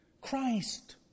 Christ